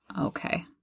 Okay